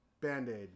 Band-Aid